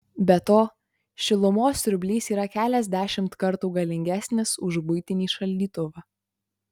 be to šilumos siurblys yra keliasdešimt kartų galingesnis už buitinį šaldytuvą